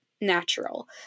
natural